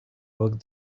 work